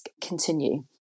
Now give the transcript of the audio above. continue